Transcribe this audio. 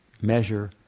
measure